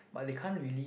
but they can't really